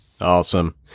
Awesome